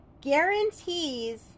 Guarantees